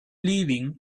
leaving